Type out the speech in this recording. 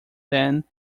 than